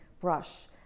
brush